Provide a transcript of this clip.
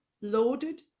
loaded